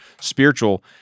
spiritual